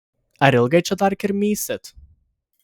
ar ilgai čia dar kirmysit